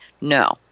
No